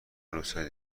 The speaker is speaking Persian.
روزهای